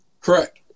Correct